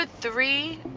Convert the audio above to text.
three